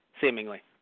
seemingly